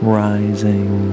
rising